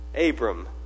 Abram